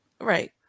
Right